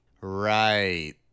right